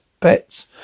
pets